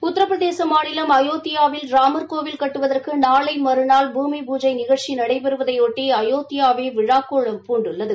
உத்திரபிரதேச மாநிலம் அயோத்தியாவில் ராமர் கோவில் கட்டுவதற்கு நாளை மறுநாள் பூமி பூஜை நிகழ்ச்சி நடைபெறுவதையொட்டி அயோத்தியா நகரமே விழாக்கோலம் பூண்டுள்ளது